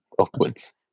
upwards